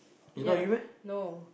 ya no